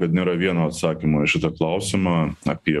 kad nėra vieno atsakymo į šitą klausimą apie